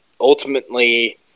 ultimately